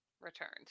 returned